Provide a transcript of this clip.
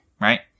Right